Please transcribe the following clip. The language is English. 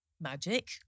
magic